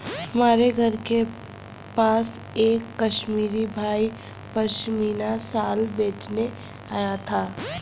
हमारे घर के पास एक कश्मीरी भाई पश्मीना शाल बेचने आया था